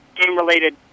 game-related